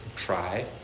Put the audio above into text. Try